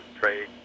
trade